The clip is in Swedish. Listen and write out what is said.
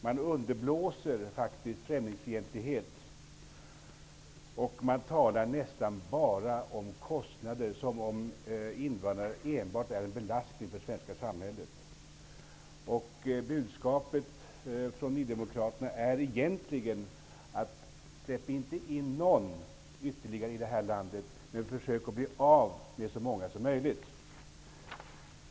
De underblåser faktiskt främlingsfientlighet och talar nästan bara om kostnader, som om invandrare enbart är en belastning för det svenska samhället. Budskapet från Nydemokraterna är egentligen: Släpp inte in någon ytterligare i landet, och försök att bli av med så många som möjligt.